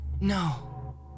No